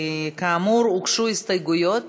כאמור, הוגשו הסתייגויות.